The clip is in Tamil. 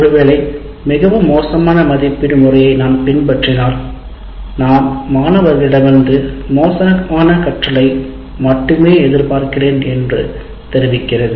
ஒருவேளை மிகவும் மோசமான மதிப்பீடு முறையை நான் பின்பற்றினால் நான் மாணவர்களிடமிருந்து மோசமான கற்றலை மட்டுமே எதிர்பார்க்கிறேன் என்று தெரிவிக்கிறது